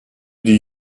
die